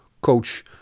coach